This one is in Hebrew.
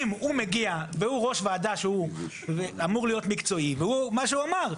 אם הוא מגיע והוא ראש ועדה שהוא אמור להיות מקצועי והוא מה שהוא אמר,